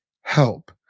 help